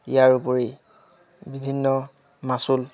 ইয়াৰ উপৰি বিভিন্ন মাচুল